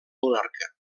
monarca